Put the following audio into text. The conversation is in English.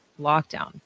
lockdown